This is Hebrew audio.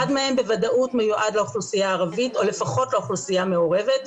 אחד מהם בוודאות מיועד לאוכלוסייה הערבית או לפחות לאוכלוסייה מעורבת,